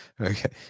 Okay